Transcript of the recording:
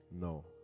No